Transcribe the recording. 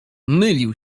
mylił